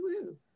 woo